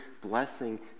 blessing